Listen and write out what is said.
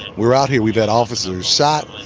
we're out here. we've had officers shot.